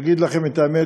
להגיד לכם את האמת,